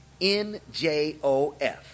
NJOF